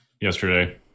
yesterday